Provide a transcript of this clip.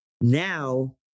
Now